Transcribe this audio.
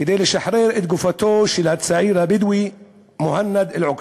כדי לשחרר את גופתו של הצעיר הבדואי מוהנד אל-עוקבי.